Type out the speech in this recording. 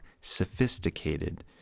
sophisticated